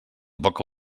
poca